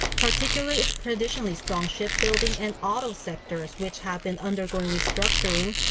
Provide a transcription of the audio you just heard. particularly its traditionally strong shipbuilding and auto sectors which have been undergoing restructuring,